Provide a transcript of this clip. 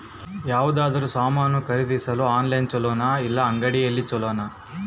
ಯಾವುದಾದರೂ ಸಾಮಾನು ಖರೇದಿಸಲು ಆನ್ಲೈನ್ ಛೊಲೊನಾ ಇಲ್ಲ ಅಂಗಡಿಯಲ್ಲಿ ಛೊಲೊನಾ?